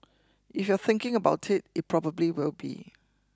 if you're thinking about it it probably will be